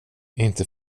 inte